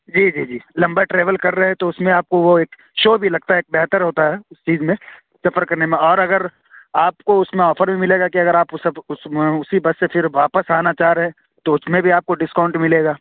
جی جی جی لمبا ٹریول کر رہے ہیں تو اُس میں آپ کو وہ ایک شو بھی لگتا ہے ایک بہتر ہوتا ہے اُس چیز میں سفر کرنے میں اور اگر آپ کو اُس میں آفر بھی ملے گا کہ اگر آپ اُس اُسی بس سے پھر واپس آنا چاہ رہے ہیں تو اُس میں بھی آپ کو ڈسکاؤنٹ ملے گا